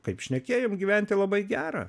kaip šnekėjom gyventi labai gera